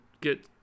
get